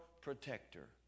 protector